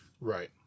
Right